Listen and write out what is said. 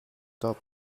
top